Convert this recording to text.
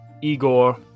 Igor